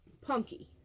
Punky